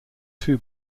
two